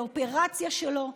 לאופרציה שלו.